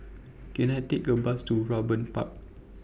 Can I Take A Bus to Raeburn Park